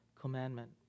commandment